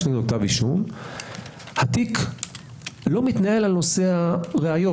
התיק לא מתנהל בנושא הראיות.